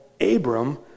Abram